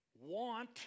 want